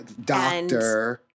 Doctor